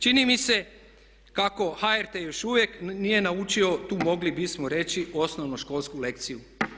Čini mi se kako HRT još uvijek nije naučio tu mogli bismo reći osnovnoškolsku lekciju.